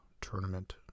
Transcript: tournament